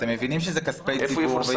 אתם מבינים שזה כסף ציבורי.